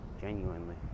Genuinely